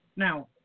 Now